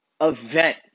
event